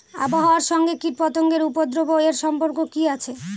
আবহাওয়ার সঙ্গে কীটপতঙ্গের উপদ্রব এর সম্পর্ক কি আছে?